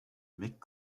mick